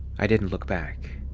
i didn't look back.